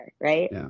right